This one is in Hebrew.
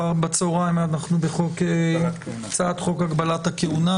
בצהריים אנחנו בהצעת חוק הגבלת הכהונה,